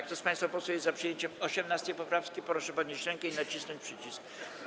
Kto z państwa posłów jest za przyjęciem 18. poprawki, proszę podnieść rękę i nacisnąć przycisk.